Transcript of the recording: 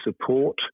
support